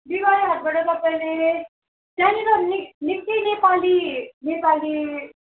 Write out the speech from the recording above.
बिहिबारे हाटबाट तपाईँले त्यहाँनिर निक् निक्कै नेपाली नेपाली